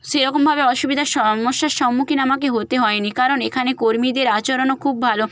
সেরকমভাবে অসুবিধা সমস্যার সম্মুখীন আমাকে হতে হয়নি কারণ এখানে কর্মীদের আচরণও খুব ভালো